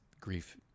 grief